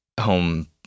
home